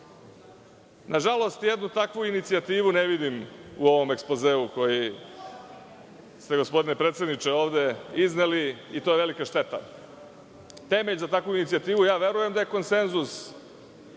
žalost, jednu takvu inicijativu ne vidim u ovom ekspozeu koji ste, gospodine predsedniče, ovde izneli i to je velika šteta. Temelj za takvu inicijativu verujem da je konsenzus